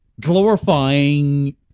glorifying